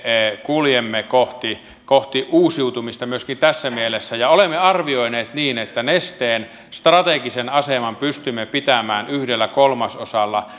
kuljemme kohti kohti uusiutumista myöskin tässä mielessä olemme arvioineet että nesteen strategisen aseman pystymme pitämään yhdessä kolmasosassa